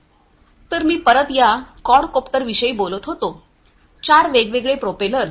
तर मी परत या क्वाडकोप्टर विषयी बोलत होतो 4 वेगवेगळे प्रोपेलर्स